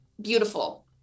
beautiful